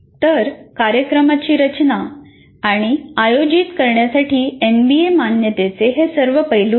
तर कार्यक्रमाची रचना आणि आयोजित करण्यासाठी एनबीए मान्यतेचे हे सर्व पैलू आहेत